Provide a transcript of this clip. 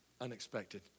unexpected